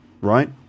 right